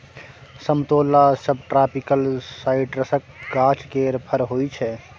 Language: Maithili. समतोला सबट्रापिकल साइट्रसक गाछ केर फर होइ छै